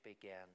began